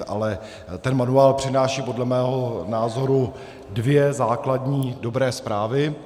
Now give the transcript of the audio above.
Ale ten manuál přináší podle mého názoru dvě základní dobré zprávy.